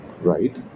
Right